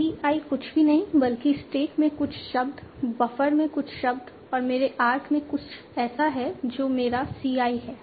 C i कुछ भी नहीं बल्कि स्टैक में कुछ शब्द बफर में कुछ शब्द और मेरे आर्क में कुछ ऐसा है जो मेरा C i है